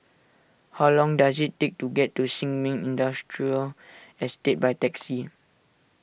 how long does it take to get to Sin Ming Industrial Estate by taxi